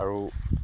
আৰু